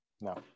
no